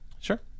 Sure